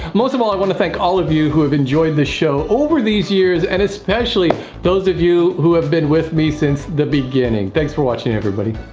most of all, i want to thank all of you who have enjoyed the show over these years and especially those of you who have been with me since the beginning. thanks for watching everybody